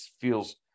feels